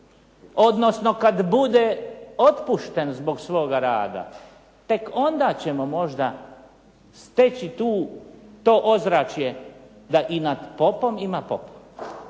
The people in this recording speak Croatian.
odnosno kad bude otpušten zbog svoga rada tek onda ćemo možda steći tu to ozračje i nad popom ima popa,